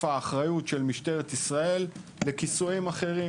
האחריות של משטרת ישראל לכיסויים אחרים,